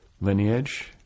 lineage